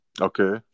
Okay